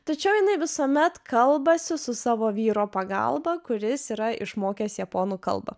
tačiau jinai visuomet kalbasi su savo vyro pagalba kuris yra išmokęs japonų kalbą